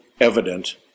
evident